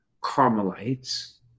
Carmelites